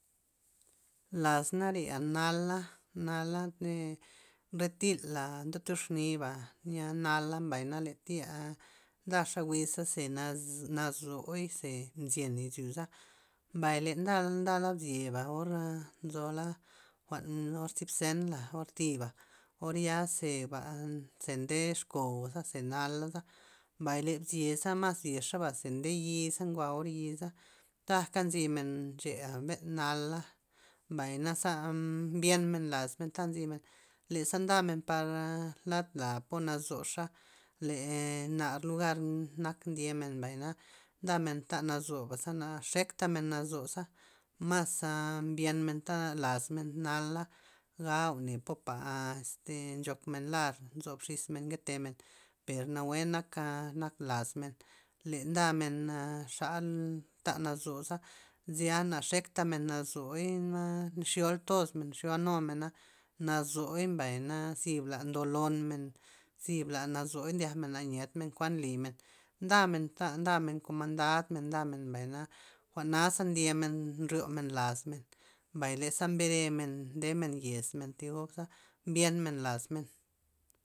Las nare'a nala', nala' re- re thila' ndotux niba' nyi'a nala' mbay na le thi'aa ndaxa wiz ze naze- nazu'y ze mzyen izyo za, mbay le nda- ndala mbzyeba o or nzo la jwa'n oz zyn zen o thiba or ya zeba ze nde xkow za ze nalaza, mbay le bzyesa mas zyexa ba ze nde yi'za njwa' or yi'za tajka nzy men che'a benta nala', mbay naza' mm- mbyen men lasmen ta nzymen le za ndamen par lad la'a po nazu'xa le nar lugar nak ndyemen mbayna ndamen nta nazuba za naxekta men nazu za, mas'aa mbyen men'ta laz men nala', ga'gone popa' este nchok men lar nzo xis men nketemen per nawue naka nak las men le ndamen na xa ta nazu' za zy'a na xek tamen nazu'y ma nxy'ol toz men nxy'a numena, nazu'y mbes xa mbay na zibla ndo lonmen, zibla nazu'y ndiak men na nyed men kuan limen ndamen ta ndamen kon mandad men ndamen mbay na jwa'naza ndyemen nryo men las men mbay leza mbere men ndemen yesmen thi gob za mbyen men las men.